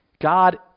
God